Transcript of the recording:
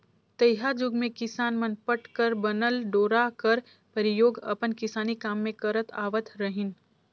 तइहा जुग मे किसान मन पट कर बनल डोरा कर परियोग अपन किसानी काम मे करत आवत रहिन